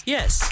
Yes